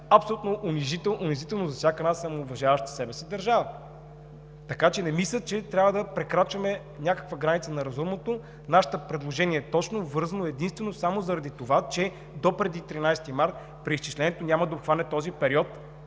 абсолютно унизително за всяка уважаваща себе си държава. Не мисля, че трябва да прекрачваме границата на разумното. Нашето предложение е обвързано единствено заради това, че допреди 13 март преизчислението няма да обхване този период,